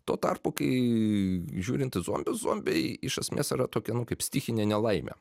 tuo tarpu kai žiūrint į zombius zombiai iš esmės yra tokia kaip stichinė nelaimė